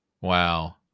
Wow